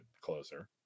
closer